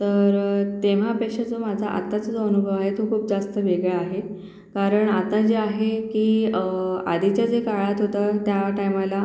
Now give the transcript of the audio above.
तर तेव्हापेक्षा जो माझा आताचा जो अनुभव आहे तो खूप जास्त वेगळा आहे कारण आता जे आहे की आधीच्या जे काळात होतं त्या टायमाला